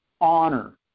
honor